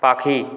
পাখি